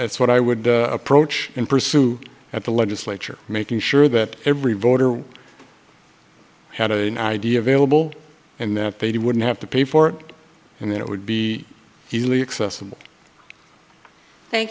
that's what i would approach and pursue at the legislature making sure that every voter had an idea available and that they wouldn't have to pay for it and then it would be easily accessible